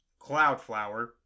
Cloudflower